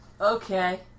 Okay